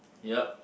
yup